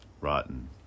Rotten